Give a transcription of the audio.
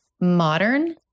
modern